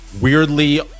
weirdly